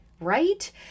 right